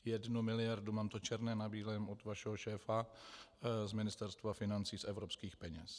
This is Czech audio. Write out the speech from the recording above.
Jednu miliardu, mám to černé na bílém od vašeho šéfa z Ministerstva financí, z evropských peněz.